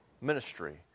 ministry